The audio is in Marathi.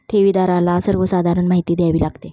ठेवीदाराला सर्वसाधारण माहिती द्यावी लागते